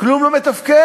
כלום לא מתפקד.